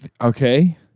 Okay